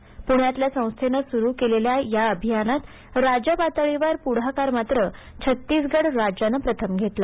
प्ण्यातल्या संस्थेनं सुरू केलेल्या या अभियानात राज्य पातळीवर पुढाकार मात्र छत्तीसगड राज्यानं प्रथम घेतला